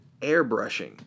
airbrushing